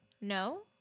No